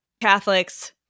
Catholics